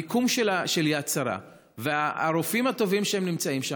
המיקום של יד שרה והרופאים הטובים שנמצאים שם,